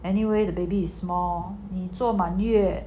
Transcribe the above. anyway the baby is small 你做满月